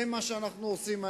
זה מה שאנחנו עושים הערב.